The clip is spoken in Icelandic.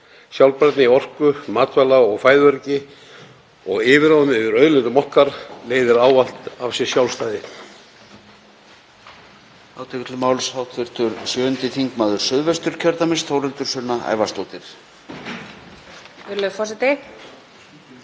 Sjálfbærni í orku-, matvæla- og fæðuöryggi og yfirráð yfir auðlindum okkar leiðir ávallt af sér sjálfstæði.